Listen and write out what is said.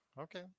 Okay